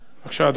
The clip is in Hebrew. בבקשה, אדוני.